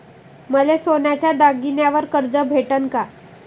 मले सोन्याच्या दागिन्यावर कर्ज भेटन का?